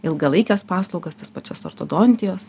ilgalaikes paslaugas tas pačias ortodontijos